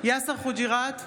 יאסר חוג'יראת,